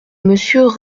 monsieur